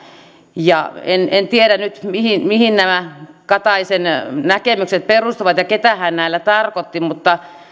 en en tiedä nyt mihin mihin nämä kataisen näkemykset perustuvat ja keitä hän näillä tarkoitti mutta